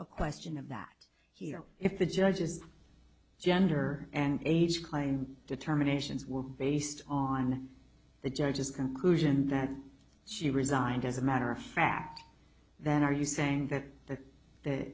a question of that here if the judge is gender and age claim determinations were based on the judge's conclusion that she resigned as a matter of fact that are you saying that the that